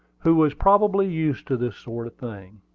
who was probably used to this sort of thing.